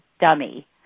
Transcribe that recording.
dummy